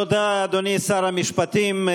תודה, אדוני שר המשפטים.